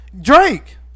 Drake